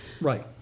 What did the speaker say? Right